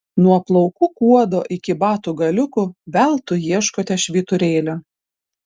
nuo plaukų kuodo iki batų galiukų veltui ieškote švyturėlio